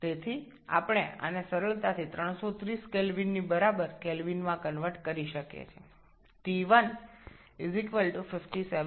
সুতরাং আমরা সহজেই এটিকে কেলভিন এ রূপান্তর করতে পারি যা ৩৩০ K সমান